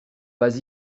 vas